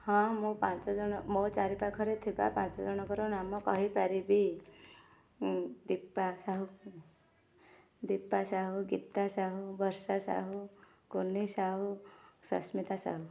ହଁ ମୁଁ ପାଞ୍ଚଜଣ ମୋ ଚାରିପାଖରେ ଥିବା ପାଞ୍ଚ ଜଣଙ୍କର ନାମ କହିପାରିବି ଦୀପା ସାହୁ ଦୀପା ସାହୁ ଗୀତା ସାହୁ ବର୍ଷା ସାହୁ କୁନି ସାହୁ ସସ୍ମିତା ସାହୁ